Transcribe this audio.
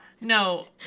no